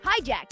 hijacked